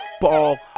Ball